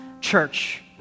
church